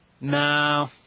No